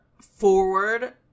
forward